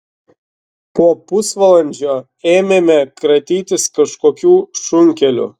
po pusvalandžio ėmėme kratytis kažkokiu šunkeliu